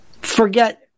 Forget